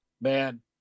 Man